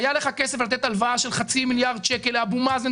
והיה לך כסף לתת הלוואה של חצי מיליארד שקל לאבו מאזן,